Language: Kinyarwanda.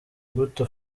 imbuto